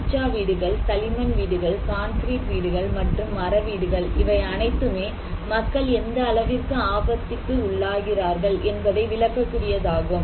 குட்ச்சா வீடுகள் களிமண் வீடுகள் கான்கிரீட் வீடுகள் மற்றும் மர வீடுகள் இவை அனைத்துமே மக்கள் எந்த அளவிற்கு ஆபத்திற்கு உள்ளாகிறார்கள் என்பதை விளக்கக் கூடியதாகும்